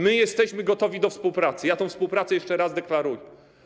My jesteśmy gotowi do współpracy, ja tę współpracę jeszcze raz deklaruję.